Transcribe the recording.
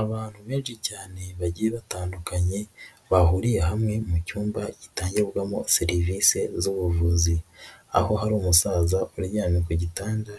Abantu benshi cyane bagiye bagiye batandukanye, bahuriye hamwe mu cyumba gitangirwamo serivise z'ubuvuzi aho hari umusaza uryamye ku gitanda,